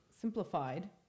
simplified